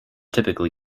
typically